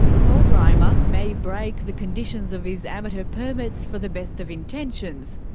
paul grima may break the conditions of his amateur permits for the best of intentions,